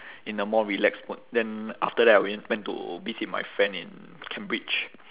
in a more relaxed mode then after that I went went to visit my friend in cambridge